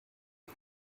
you